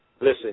Listen